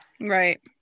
right